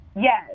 yes